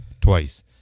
twice